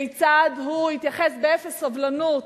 כיצד הוא התייחס באפס סובלנות,